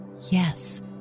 yes